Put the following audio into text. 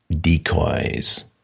decoys